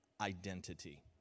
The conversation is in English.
identity